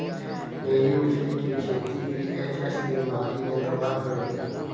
मेरी मछली की खेती वी.एच.एस बीमारी ने तबाह कर दी